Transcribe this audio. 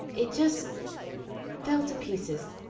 it just fell to pieces.